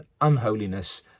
unholiness